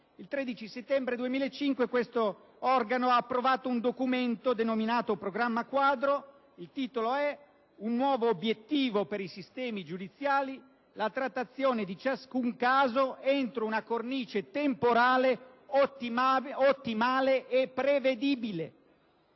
Paesi membri - ha approvato un documento, denominato Programma Quadro, dal titolo «Un nuovo obiettivo per i sistemi giudiziali: la trattazione di ciascun caso entro una cornice temporale ottimale e prevedibile».